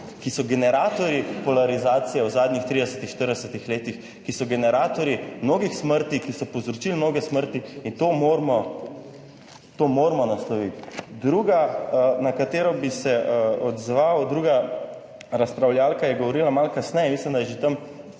ki so generatorji polarizacije v zadnjih 30-ih, 40-ih letih, ki so generatorji mnogih smrti, ki so povzročili mnoge smrti in to moramo nasloviti. Druga, na katero bi se odzval, druga razpravljavka je govorila malo kasneje, mislim, da je že tam,